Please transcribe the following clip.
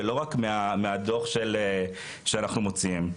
ולא רק מהדוח שאנחנו מוציאים.